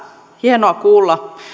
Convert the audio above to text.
hienoa kuulla